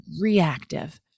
reactive